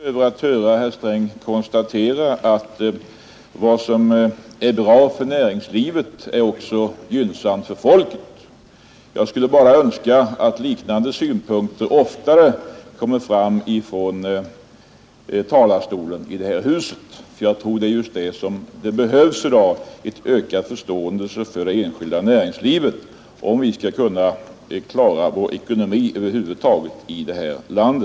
Herr talman! Som företagare är man glad att höra herr Sträng konstatera att vad som är bra för näringslivet är också gynnsamt för folket. Jag skulle bara önska att liknande synpunkter oftare framfördes från talarstolen i detta hus. En ökad förståelse för det enskilda näringslivet är just vad jag tror att vi i dag behöver, om vi skall kunna klara vår ekonomi över huvud taget i detta land.